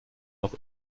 noch